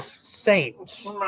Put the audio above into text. saints